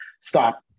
stop